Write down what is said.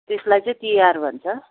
त्यसलाई चाहिँ तिहार भन्छ